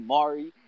Mari